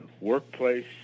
workplace